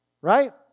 right